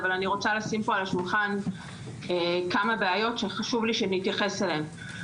אבל אני רוצה לשים פה על השולחן כמה בעיות שחשוב שנתייחס אליהן.